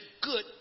good